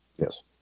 Yes